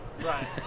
Right